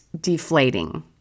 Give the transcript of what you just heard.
deflating